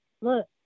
Look